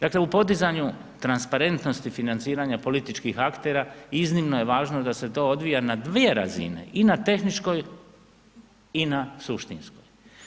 Dakle, u podizanju transparentnosti financiranja političkih aktera, iznimno je važno da se to odvija na 2 razine i na tehničkoj i na suštinskoj.